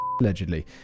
allegedly